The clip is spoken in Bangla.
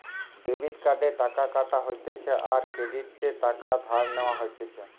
ডেবিট কার্ডে টাকা কাটা হতিছে আর ক্রেডিটে টাকা ধার নেওয়া হতিছে